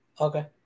Okay